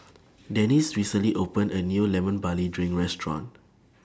Denis recently opened A New Lemon Barley Drink Restaurant